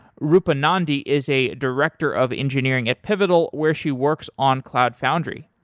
rupa nandi is a director of engineering at pivotal where she works on cloud foundry.